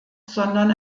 sondern